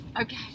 Okay